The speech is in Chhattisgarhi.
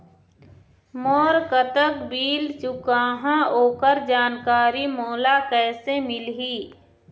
मोर कतक बिल चुकाहां ओकर जानकारी मोला कैसे मिलही?